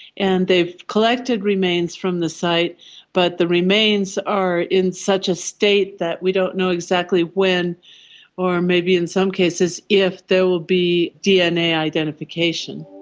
and they've collected remains from the site but the remains are in such a state that we don't know exactly when or maybe in some cases if there will be dna identification.